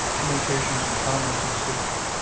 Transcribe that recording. communications and comments of the city clerk.